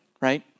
Right